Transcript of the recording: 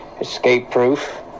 escape-proof